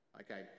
Okay